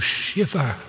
shiver